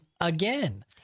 again